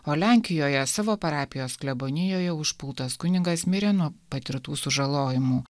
o lenkijoje savo parapijos klebonijoje užpultas kunigas mirė nuo patirtų sužalojimų